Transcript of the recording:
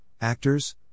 actors